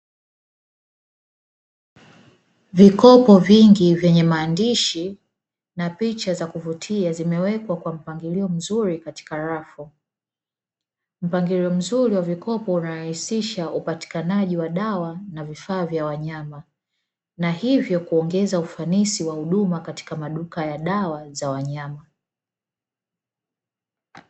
Vikopo vingi vyenye maandishi na picha za kuvutia zimewekwa kwa mpangilio mzuri katika rafu, mpangilio mzuri wa vikopo unarahisisha upatikanaji wa dawa na vifaa vya wanyama na hivyo kuongeza ufanisi wa huduma katika maduka ya dawa za wanyama.